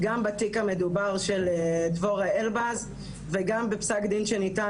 גם בתיק המדובר של דבורה אלבז וגם בפסק דין שניתן,